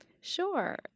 Sure